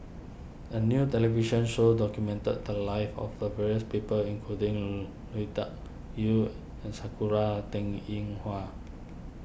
a new television show documented the lives of various people including Lui Tuck Yew and Sakura Teng Ying Hua